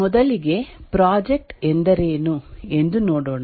ಮೊದಲಿಗೆ ಪ್ರಾಜೆಕ್ಟ್ ಎಂದರೇನು ಎಂದು ನೋಡೋಣ